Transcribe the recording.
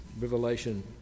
revelation